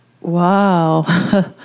Wow